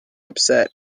upset